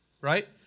right